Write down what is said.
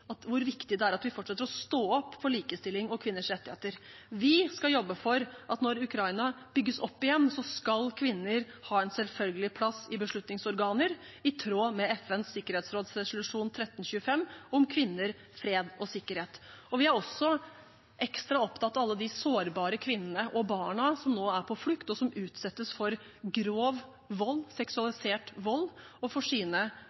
hvor viktig det er at vi fortsetter å stå opp for likestilling og kvinners rettigheter. Vi skal jobbe for at når Ukraina bygges opp igjen, skal kvinner ha en selvfølgelige plass i beslutningsorganer, i tråd med FNs sikkerhetsråds resolusjon 1325, om kvinner, fred og sikkerhet. Vi er også ekstra opptatt av alle de sårbare kvinnene og barna som nå er på flukt, og som utsettes for grov vold,